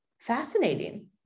fascinating